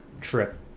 trip